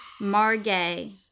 Margay